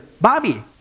Bobby